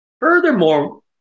Furthermore